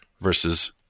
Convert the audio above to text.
versus